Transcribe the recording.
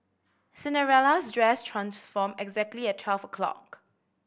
Cinderella's dress transformed exactly at twelve o'clock